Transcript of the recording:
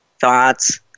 thoughts